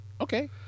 Okay